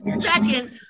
Second